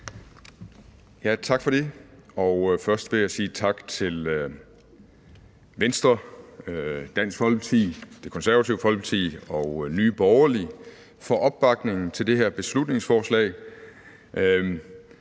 Tak for det. Og først vil jeg sige tak til Venstre, Dansk Folkeparti, Det Konservative Folkeparti og Nye Borgerlige for opbakningen til det her beslutningsforslag.